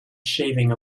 shaving